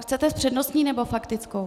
Chcete s přednostní nebo s faktickou ?